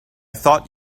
thought